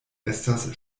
estas